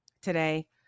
today